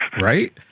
right